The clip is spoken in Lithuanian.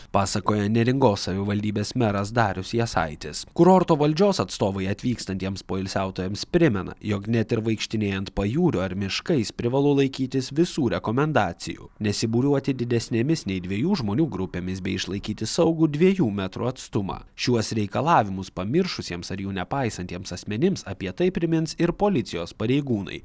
pasakojo neringos savivaldybės meras darius jasaitis kurorto valdžios atstovai atvykstantiems poilsiautojams primena jog net ir vaikštinėjant pajūriu ar miškais privalu laikytis visų rekomendacijų nesibūriuoti didesnėmis nei dviejų žmonių grupėmis bei išlaikyti saugų dviejų metrų atstumą šiuos reikalavimus pamiršusiems ar jų nepaisantiems asmenims apie tai primins ir policijos pareigūnai